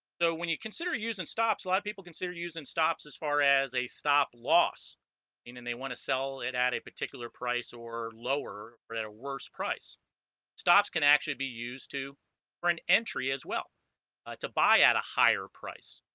so when you consider using stops a lot of people consider using stops as far as a stop loss and they want to sell it at a particular price or lower or at a worse price stops can actually be used to or an entry as well to buy at a higher price